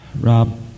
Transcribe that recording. Rob